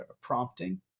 prompting